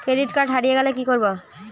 Credit card হারিয়ে গেলে কি করব?